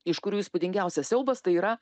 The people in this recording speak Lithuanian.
iš kurių įspūdingiausias siaubas tai yra